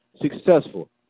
successful